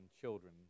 children